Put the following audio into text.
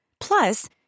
Plus